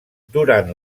durant